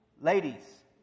Ladies